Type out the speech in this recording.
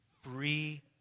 Free